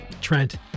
Trent